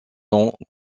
long